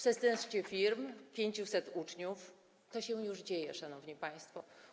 16 firm, 500 uczniów - to się już dzieje, szanowni państwo.